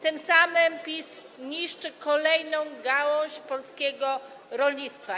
Tym samym PiS niszczy kolejną gałąź polskiego rolnictwa.